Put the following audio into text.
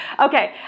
Okay